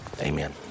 Amen